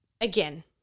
again